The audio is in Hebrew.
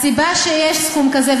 הסיבה שיש סכום כזה,